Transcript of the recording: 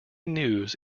news